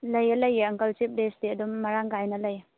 ꯂꯩꯌꯦ ꯂꯩꯌꯦ ꯑꯪꯀꯜ ꯆꯤꯞ ꯂꯦꯁꯇꯤ ꯑꯗꯨꯝ ꯃꯔꯥꯡ ꯀꯥꯏꯅ ꯂꯩ